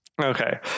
Okay